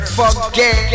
forget